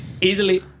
Easily